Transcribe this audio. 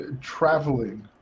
traveling